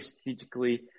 strategically